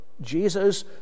Jesus